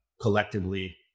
collectively